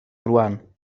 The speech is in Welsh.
rŵan